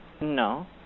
No